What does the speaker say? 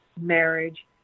marriage